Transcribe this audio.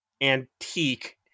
Antique